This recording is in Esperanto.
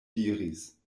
diris